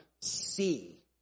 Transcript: see